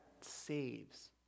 saves